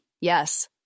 yes